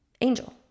angel